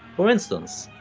for instance,